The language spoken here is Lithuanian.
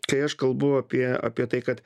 kai aš kalbu apie apie tai kad